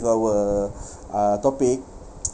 our uh topic